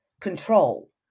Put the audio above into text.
control